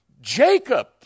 Jacob